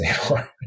anymore